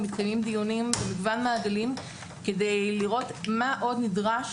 מתקיימים דיונים במגוון מעגלים כדי לראות מה עוד נדרש